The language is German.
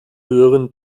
höheren